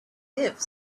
live